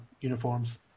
uniforms